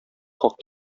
хак